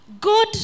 God